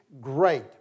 Great